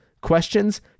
questions